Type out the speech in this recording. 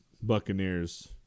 Buccaneers